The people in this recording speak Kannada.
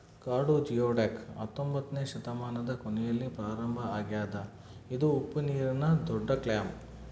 ಕಾಡು ಜಿಯೊಡಕ್ ಹತ್ತೊಂಬೊತ್ನೆ ಶತಮಾನದ ಕೊನೆಯಲ್ಲಿ ಪ್ರಾರಂಭ ಆಗ್ಯದ ಇದು ಉಪ್ಪುನೀರಿನ ದೊಡ್ಡಕ್ಲ್ಯಾಮ್